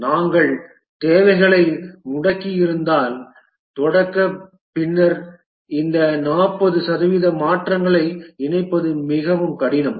நாங்கள் தேவைகளை முடக்கியிருந்தால் தொடக்க பின்னர் இந்த 40 சதவீத மாற்றங்களை இணைப்பது மிகவும் கடினம்